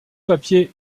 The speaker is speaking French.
papier